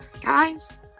guys